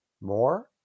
more